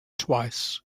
twice